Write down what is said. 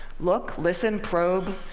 look, listen, probe,